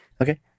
okay